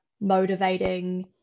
motivating